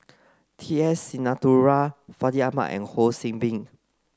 T S Sinnathuray Fandi Ahmad and Ho See Beng